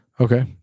Okay